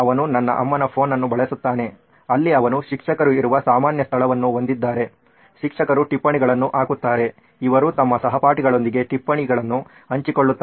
ಅವನು ನನ್ನ ಅಮ್ಮನ ಫೋನ್ ಅನ್ನು ಬಳಸುತ್ತಾನೆ ಅಲ್ಲಿ ಅವನು ಶಿಕ್ಷಕರು ಇರುವ ಸಾಮಾನ್ಯ ಸ್ಥಳವನ್ನು ಹೊಂದಿದ್ದಾರೆ ಶಿಕ್ಷಕರು ಟಿಪ್ಪಣಿಗಳನ್ನು ಹಾಕುತ್ತಾರೆ ಇವರು ತಮ್ಮ ಸಹಪಾಠಿಗಳೊಂದಿಗೆ ಟಿಪ್ಪಣಿಗಳನ್ನು ಹಂಚಿಕೊಳ್ಳುತ್ತಾರೆ